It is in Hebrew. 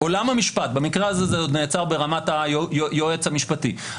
במקרה הזה זה נעצר ברמת היועץ המשפטי,